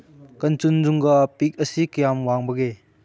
ꯀꯟꯆꯨꯟꯖꯨꯡꯒ ꯄꯤꯛ ꯑꯁꯤ ꯀꯌꯥꯝ ꯋꯥꯡꯕꯒꯦ